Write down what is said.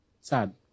Sad